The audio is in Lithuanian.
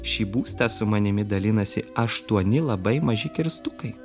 šį būstą su manimi dalinasi aštuoni labai maži kirstukai